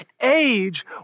age